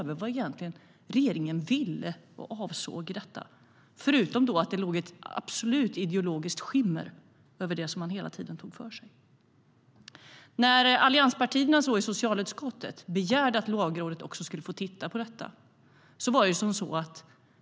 Vad var det egentligen regeringen ville och avsåg i detta, förutom att det låg ett absolut ideologiskt skimmer över det som man hela tiden tog sig för? Allianspartierna i socialutskottet begärde att Lagrådet också skulle få titta på detta.